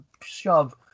shove